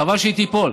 חבל שהיא תיפול.